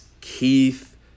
Keith